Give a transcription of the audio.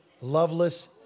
loveless